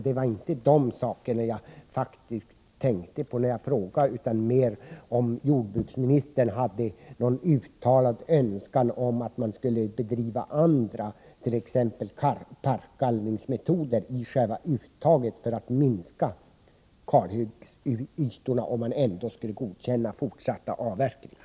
Det var inte heller dessa saker jag faktiskt tänkte på när jag frågade utan mer på om jordbruksministern hade en uttalad önskan om att man skulle använda andra metoder, t.ex. parkgallring, i själva uttaget för att minska kalytorna, om man ändå skulle godkänna fortsatta avverkningar.